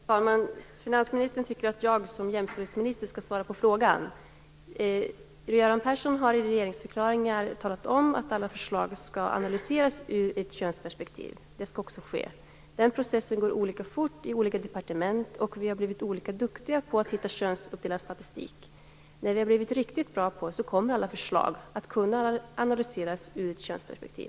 Fru talman! Finansministern tycker att jag som jämställdhetsminister skall svara på frågan. Göran Persson har i regeringsförklaringar talat om att alla förslag skall analyseras i ett könsperspektiv. Det skall också ske. Den processen går olika fort i olika departement, och vi har blivit olika duktiga på att ta fram könsuppdelad statistik. När vi har blivit riktigt bra på det kommer alla förslag att kunna analyseras i ett könsperspektiv.